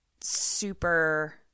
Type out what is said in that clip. super